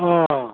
अ